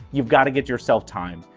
you've gotta get yourself time.